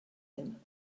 him